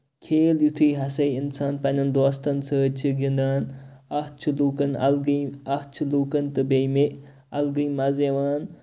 کھیل یِتھُے ہسا اِنسان پَنٕنٮ۪ن دوستن سۭتۍ ہسا چھُ گِندان اَتھ چھُ لُکَن اَلگٕے اَتھ چھُ لُکَن تہٕ بیٚیہِ مےٚ اَلگٕے مَزٕ یِوان